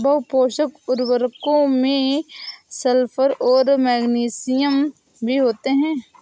बहुपोषक उर्वरकों में सल्फर और मैग्नीशियम भी होते हैं